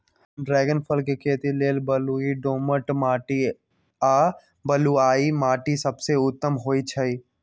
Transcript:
dragon फल के खेती लेल बलुई दोमट माटी आ बलुआइ माटि सबसे उत्तम होइ छइ